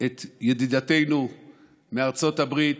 את ידידתנו ארצות הברית.